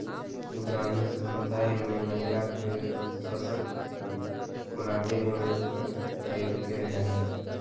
ग्रामीण समुदाय में महिला के सशक्त बनावे में मदद कइलके हइ